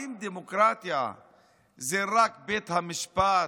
האם דמוקרטיה זה רק בית המשפט,